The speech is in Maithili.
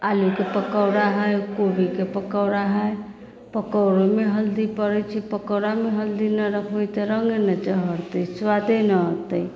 आलूके पकौड़ा हइ कोबीके पकौड़ा हइ पकौड़ामे हल्दी पड़ैत छै पकौड़ामे हल्दी नहि रखबै तऽ रङ्गे नहि चहरतै स्वादे नहि अतै